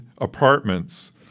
apartments